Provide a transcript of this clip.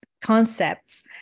concepts